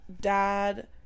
dad